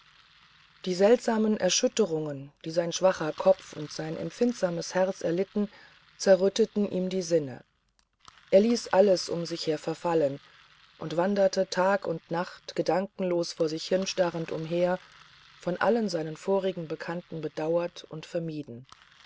die seltsamen erschütterungen die sein schwacher kopf und sein empfindsames herz erlitten zerrütteten ihm die sinne er ließ alles um sich her verfallen und wanderte tag und nacht gedankenlos vor sich starrend umher von allen seinen vorigen bekannten bedauert und vermieden